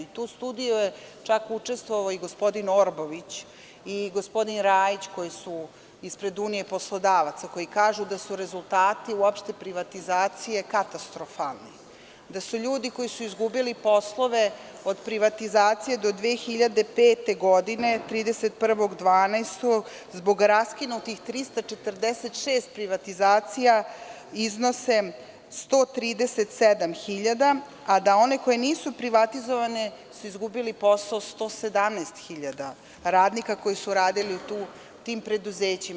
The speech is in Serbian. U toj studiji su čak učestvovali i gospodin Orbović i gospodin Rajić, koji su ispred Unije poslodavaca i koji kažu da su rezultati uopšte privatizacije katastrofalni, da broj ljudi koji su izgubili poslove od privatizacije do 2005. godine 31.12, zbog raskinutih 346 privatizacija, iznosi 137.000, a kod onih koje nisu privatizovane izgubilo je posao 117.000 radnika koji su radili u tim preduzećima.